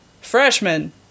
freshman